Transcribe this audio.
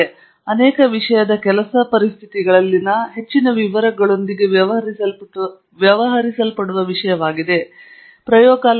ಇದು ಅನೇಕ ವಿಷಯದ ಕೆಲಸ ಸ್ಥಿತಿಯ ಪರಿಸ್ಥಿತಿಗಳಲ್ಲಿ ಹೆಚ್ಚಿನ ವಿವರಗಳೊಂದಿಗೆ ವ್ಯವಹರಿಸಲ್ಪಟ್ಟ ವಿಷಯವಾಗಿದೆ